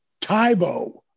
Tybo